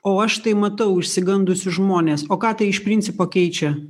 o aš tai matau išsigandusius žmones o ką tai iš principo keičia